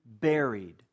buried